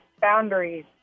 boundaries